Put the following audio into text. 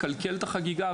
לקלקל את החגיגה,